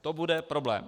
To bude problém.